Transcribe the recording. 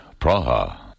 Praha